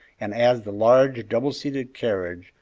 and as the large, double-seated carriage,